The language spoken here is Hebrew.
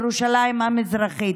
ירושלים המזרחית.